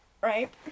right